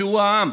שהוא העם.